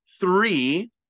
three